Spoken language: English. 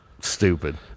stupid